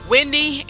Wendy